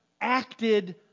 acted